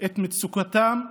את מצוקתם,